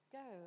go